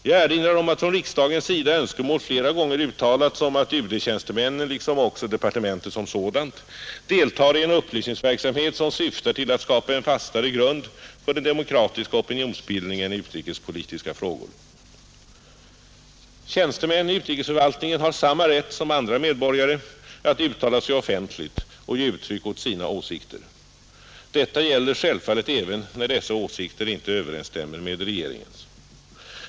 Jag erinrar om att från riksdagens sida önskemål flera gånger uttalats om att UD-tjänstemännen liksom också departementet som sådant deltar i en upplysningsverksamhet som syftar till att skapa en fastare grund för den demokratiska opinionsbildningen i utrikespolitiska frågor. Tjänstemän i utrikesförvaltningen har samma rätt som andra medborgare att uttala sig offentligt och ge uttryck åt sina åsikter. Detta gäller självfallet även när dessa åsikter inte överensstämmer med regeringens.